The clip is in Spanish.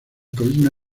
columna